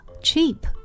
cheap